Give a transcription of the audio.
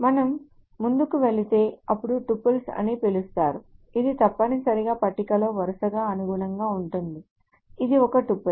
మనం ముందుకు వెళితే అప్పుడు టుపుల్ అని పిలుస్తారు ఇది తప్పనిసరిగా పట్టికలోని వరుసకు అనుగుణంగా ఉంటుంది ఇది ఒక టుపుల్